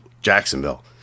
Jacksonville